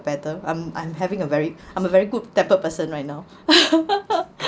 better I'm I'm having a very I'm a very good tempered person right now